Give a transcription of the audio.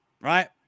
right